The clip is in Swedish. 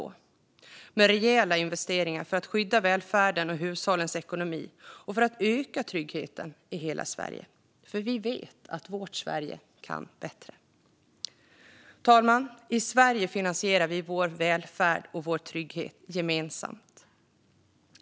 Där finns rejäla investeringar för att skydda välfärden och hushållens ekonomi och för att öka tryggheten i hela Sverige. Vi vet att vårt Sverige kan bättre. Fru talman! I Sverige finansierar vi vår välfärd och trygghet gemensamt.